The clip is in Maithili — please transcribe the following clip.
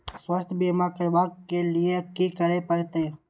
स्वास्थ्य बीमा करबाब के लीये की करै परतै?